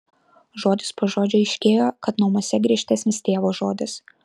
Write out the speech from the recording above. žodis po žodžio aiškėjo kad namuose griežtesnis tėvo žodis